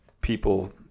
people